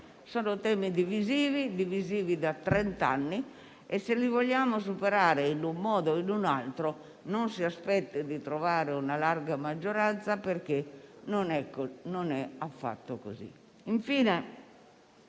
Sono temi divisivi da trent'anni e, se li vogliamo superare in un modo o in un altro, non si aspetti di trovare una larga maggioranza, perché non sarà affatto così.